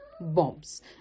bombs